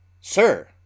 Sir